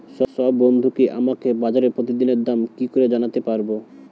সব বন্ধুকে আমাকে বাজারের প্রতিদিনের দাম কি করে জানাতে পারবো?